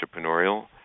entrepreneurial